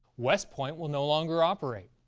west point will no longer operate,